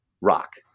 rock